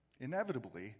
inevitably